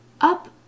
up